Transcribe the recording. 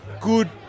good